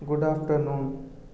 good afternoon